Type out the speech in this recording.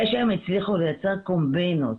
זה שהם הצליחו לייצר קומבינות,